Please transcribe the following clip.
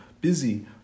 busy